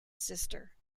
sister